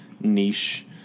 niche